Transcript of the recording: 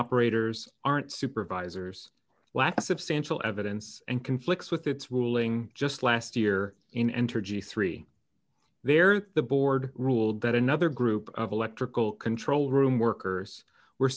operators aren't supervisors lack of substantial evidence and conflicts with its ruling just last year in entergy three there the board ruled that another group of electrical control room workers were